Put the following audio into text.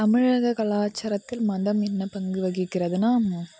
தமிழக கலாச்சாரத்தில் மதம் என்ன பங்கு வகிக்கிறதுனா